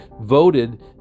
voted